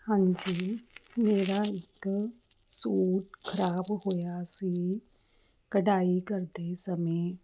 ਹਾਂਜੀ ਮੇਰਾ ਇੱਕ ਸੂਟ ਖਰਾਬ ਹੋਇਆ ਸੀ ਕਢਾਈ ਕਰਦੇ ਸਮੇਂ